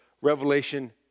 Revelation